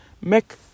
Make